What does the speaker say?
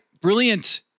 Brilliant